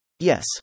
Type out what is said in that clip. Yes